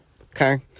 Okay